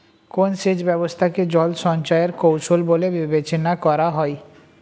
কোন সেচ ব্যবস্থা কে জল সঞ্চয় এর কৌশল বলে বিবেচনা করা হয়?